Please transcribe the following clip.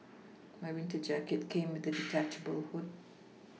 my winter jacket came with a detachable hood